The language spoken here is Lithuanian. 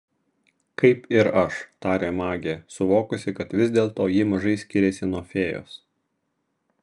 kaip ir aš tarė magė suvokusi kad vis dėlto ji mažai skiriasi nuo fėjos